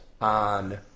on